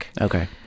Okay